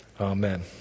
Amen